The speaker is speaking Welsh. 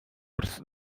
wrth